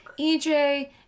EJ